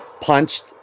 punched